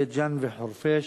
בית-ג'ן וחורפיש.